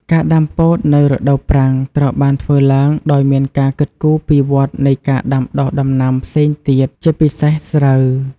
ការដាំពោតនៅរដូវប្រាំងត្រូវបានធ្វើឡើងដោយមានការគិតគូរពីវដ្ដនៃការដាំដុះដំណាំផ្សេងទៀត ជាពិសេសស្រូវ។